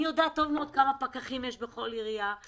אני יודעת היטב כמה פקחים יש בכל עירייה.